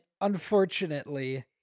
unfortunately